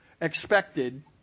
expected